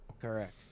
Correct